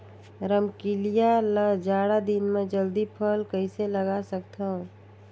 रमकलिया ल जाड़ा दिन म जल्दी फल कइसे लगा सकथव?